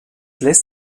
lässt